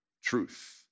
truth